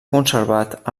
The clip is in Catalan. conservat